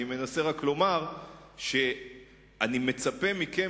אני רק מנסה לומר שאני מצפה מכם